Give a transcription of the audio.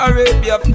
Arabia